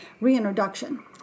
reintroduction